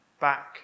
back